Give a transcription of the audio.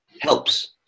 helps